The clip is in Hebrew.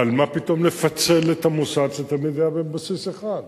מה פתאום לפצל את המוסד, שתמיד היה בבסיס אחד,